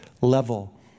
level